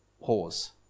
Pause